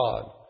God